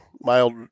mild